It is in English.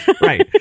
Right